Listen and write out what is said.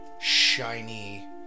shiny